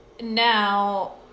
now